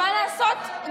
מה לעשות?